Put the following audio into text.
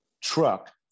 truck